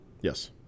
Yes